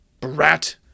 Brat